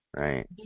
Right